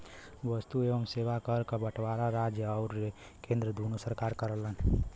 वस्तु एवं सेवा कर क बंटवारा राज्य आउर केंद्र दूने सरकार करलन